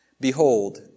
Behold